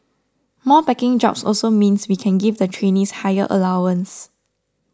more packing jobs also means we can give the trainees higher allowances